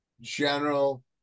general